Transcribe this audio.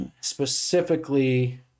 specifically